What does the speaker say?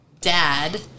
dad